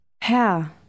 Herr